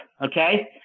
Okay